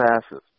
passes